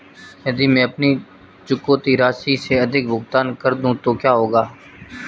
यदि मैं अपनी चुकौती राशि से अधिक भुगतान कर दूं तो क्या होगा?